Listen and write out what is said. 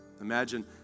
Imagine